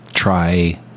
Try